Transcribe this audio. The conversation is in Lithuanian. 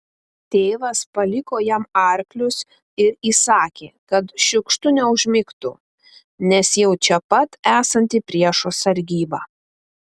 tėvas paliko jam arklius ir įsakė kad šiukštu neužmigtų neš jau čia pat esanti priešo sargyba